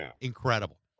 incredible